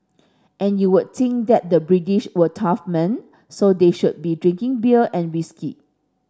and you would think that the British were tough men so they should be drinking beer and whisky